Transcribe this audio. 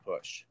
push